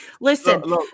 Listen